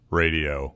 radio